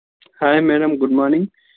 hi madam good morning